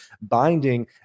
binding